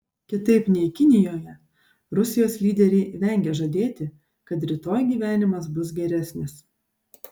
kitaip nei kinijoje rusijos lyderiai vengia žadėti kad rytoj gyvenimas bus geresnis